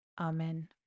Amen